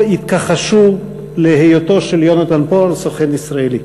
התכחשו להיותו של יונתן פולארד סוכן ישראלי.